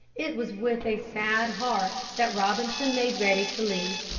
it was with a sad heart that robinson made ready to leave.